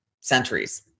centuries